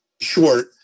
short